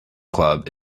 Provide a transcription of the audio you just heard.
club